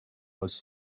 was